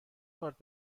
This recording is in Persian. کارت